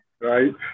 right